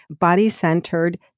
Body-Centered